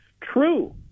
True